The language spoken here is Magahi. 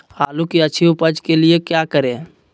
आलू की अच्छी उपज के लिए क्या करें?